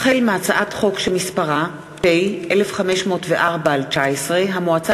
החל בהצעת חוק פ/1504/19 וכלה בהצעת חוק